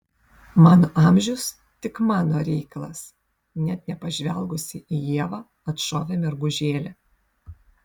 mano amžius tik mano reikalas net nepažvelgusi į ievą atšovė mergužėlė